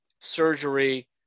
surgery